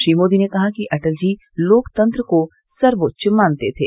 श्री मोदी ने कहा कि अटल जी लोकतंत्र को सर्वोच्च मानते थे